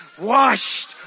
washed